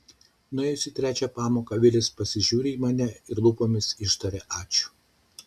nuėjus į trečią pamoką vilis pasižiūri į mane ir lūpomis ištaria ačiū